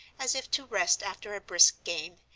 as if to rest after a brisk game,